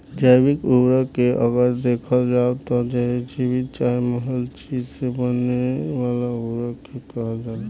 जैविक उर्वरक के अगर देखल जाव त जीवित चाहे मरल चीज से बने वाला उर्वरक के कहल जाला